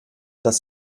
dass